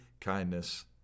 kindness